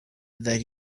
that